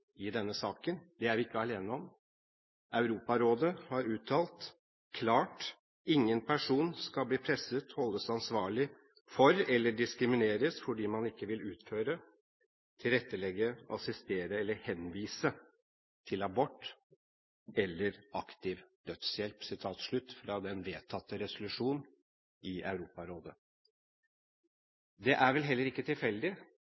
i denne saken. Det er vi ikke alene om. Europarådet har uttalt klart: «Ingen person skal bli presset, holdes ansvarlig for eller diskrimineres fordi man ikke vil utføre, tilrettelegge, assistere eller henvise til abort eller aktiv dødshjelp.» Dette fra den vedtatte resolusjon i Europarådet. Det er vel heller ikke tilfeldig